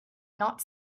not